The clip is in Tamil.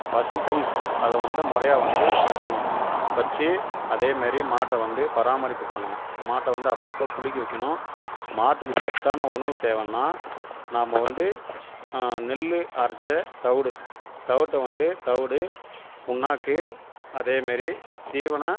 பசும்புல் அதை வந்து முறையா வந்து வைக்கணும் வச்சி அதே மாரி மாட்டை வந்து பராமரிப்பு பண்ணணும் மாட்டை வந்து அப்போப்போ குளிக்க வைக்கணும் மாட்டுக்கு சத்தான உணவு தேவைன்னா நாம் வந்து நெல் அரைத்து தவிடு தவிட்ட வந்து தவிடு புண்ணாக்கு அதே மாரி தீவனம்